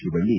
Shivalli